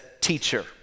teacher